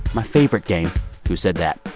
my favorite game who said that.